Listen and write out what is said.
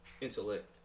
Intellect